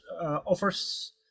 offers